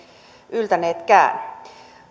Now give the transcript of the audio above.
yltäneetkään